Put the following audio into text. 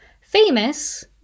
famous